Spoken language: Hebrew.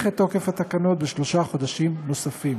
את תוקף התקנות בשלושה חודשים נוספים.